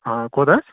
ہاں کوٗتاہ حظ